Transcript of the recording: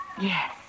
Yes